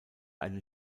eine